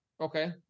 Okay